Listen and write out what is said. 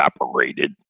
evaporated